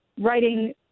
writing